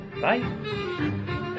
Bye